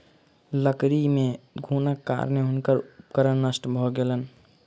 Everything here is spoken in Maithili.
लकड़ी मे घुनक कारणेँ हुनकर उपकरण नष्ट भ गेलैन